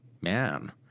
man